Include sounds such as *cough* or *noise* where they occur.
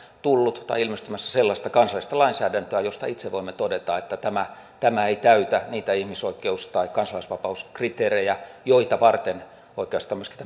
tullut tai ilmestymässä sellaista kansallista lainsäädäntöä josta itse voimme todeta että tämä tämä ei täytä niitä ihmisoikeus tai kansalaisvapauskriteerejä joita varten oikeastaan myöskin *unintelligible*